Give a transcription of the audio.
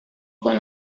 con